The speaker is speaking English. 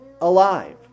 alive